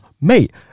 mate